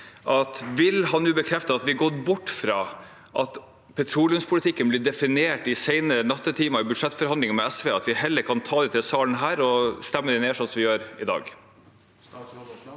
Vil han nå bekrefte at vi har gått bort fra at petroleumspolitikken blir definert i sene nattetimer i budsjettforhandlinger med SV, og at vi heller kan ta det til denne salen og stemme det ned, sånn som vi gjør i dag?